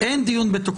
היא דיברה בתוך